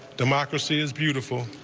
democracy is beautiful.